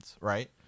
right